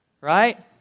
right